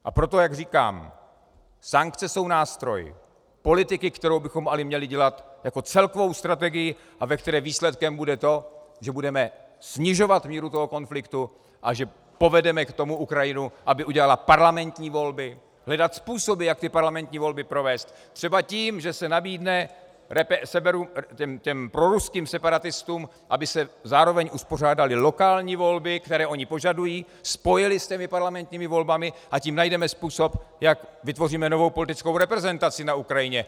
A proto, jak říkám, sankce jsou nástroj politiky, kterou bychom ale měli dělat jako celkovou strategii a ve které výsledkem bude to, že budeme snižovat míru toho konfliktu a že povedeme Ukrajinu k tomu, aby udělala parlamentní volby, hledat způsoby, jak ty parlamentní volby provést, třeba tím, že se nabídne proruským separatistům, aby se zároveň uspořádaly lokální volby, které oni požadují, spojily s těmi parlamentními volbami, a tím najdeme způsob, jak vytvoříme novou politickou reprezentaci na Ukrajině.